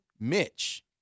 Mitch